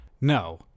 No